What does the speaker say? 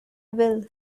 will